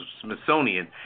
Smithsonian